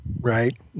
right